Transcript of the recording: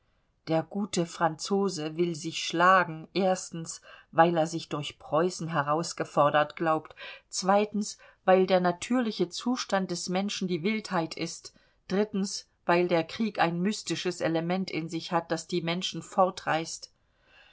der gute franzose will sich schlagen weil er sich durch preußen herausgefordert glaubt weil der natürliche zustand des menschen die wildheit ist weil der krieg ein mystisches element in sich hat das die menschen